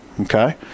okay